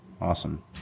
Awesome